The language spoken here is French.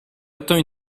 obtint